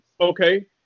okay